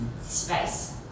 space